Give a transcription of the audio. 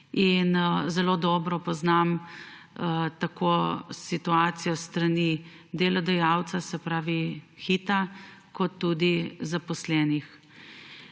in zelo dobro poznam tako situacijo s strani delodajalca, se pravi Hita, kot tudi zaposlenih.